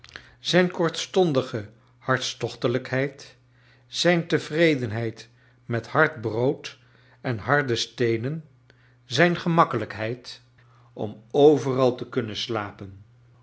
zijn kortstondige hartstochtelijkheid zijn tevredenlieid met hard brood en harde steenen zijn gemakkelijkheid om overal te kunnen sjapen